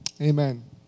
amen